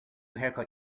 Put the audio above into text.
haircut